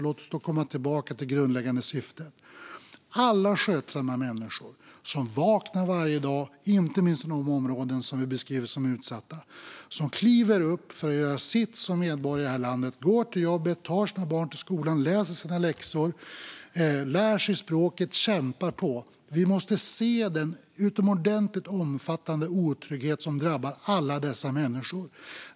Låt oss gå tillbaka till det grundläggande syftet! Vi gör detta för alla skötsamma människor - inte minst i de områden som vi beskriver som utsatta - som varje dag kliver upp för att göra sitt som medborgare i det här landet, som går till jobbet, tar sina barn till skolan, läser sina läxor, lär sig språket och kämpar på. Vi måste se den utomordentligt omfattande otrygghet som drabbar alla dessa människor.